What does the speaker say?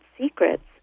secrets